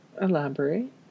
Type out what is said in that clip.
Elaborate